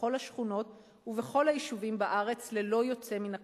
בכל השכונות ובכל היישובים בארץ ללא יוצא מן הכלל.